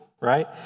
right